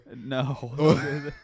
No